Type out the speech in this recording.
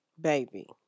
Baby